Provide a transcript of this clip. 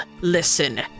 listen